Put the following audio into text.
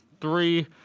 three